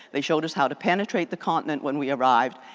they showed us how to penetrate the continent when we arrived.